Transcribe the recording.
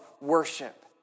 worship